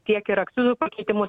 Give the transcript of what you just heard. tiek ir akcizų pakeitimus